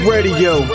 Radio